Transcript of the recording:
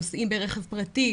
נוסעים ברכב פרטי,